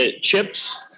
chips